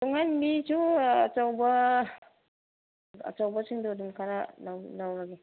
ꯇꯨꯡꯍꯟꯕꯤꯁꯨ ꯑꯆꯧꯕ ꯑꯆꯧꯕꯁꯤꯡꯗꯨ ꯑꯗꯨꯝ ꯈꯔ ꯂꯧꯔꯒꯦ